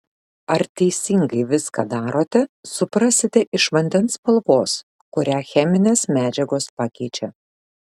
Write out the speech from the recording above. ar teisingai viską darote suprasite iš vandens spalvos kurią cheminės medžiagos pakeičia